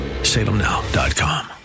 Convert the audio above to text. SalemNow.com